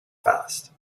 fast